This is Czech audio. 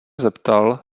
zeptal